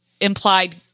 implied